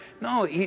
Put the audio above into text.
No